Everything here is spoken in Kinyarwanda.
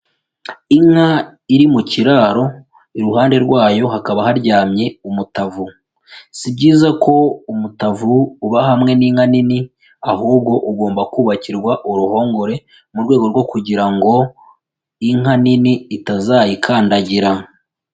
Inka iri mu kiraro iruhande rwayo hakaba haryamye umutavu, si byiza ko umutavu uba hamwe n'inka nini ahubwo ugomba kubakirwa uruhongore mu rwego rwo kugira ngo inka nini itazayikandagira.